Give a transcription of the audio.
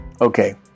Okay